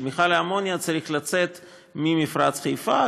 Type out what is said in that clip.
שמכל האמוניה צריך לצאת ממפרץ חיפה,